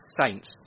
Saints